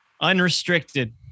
unrestricted